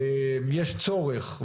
יש צורך,